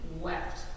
wept